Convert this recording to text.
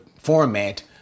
format